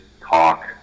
talk